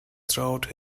throughout